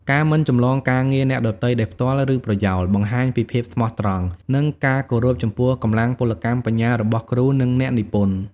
ការ មិនចម្លងការងារអ្នកដទៃដោយផ្ទាល់ ឬប្រយោល បង្ហាញពីភាពស្មោះត្រង់ និងការគោរពចំពោះកម្លាំងពលកម្មបញ្ញារបស់គ្រូ និងអ្នកនិពន្ធ។